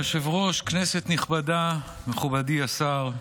אדוני היושב-ראש, כנסת נכבדה, מכובדי השר,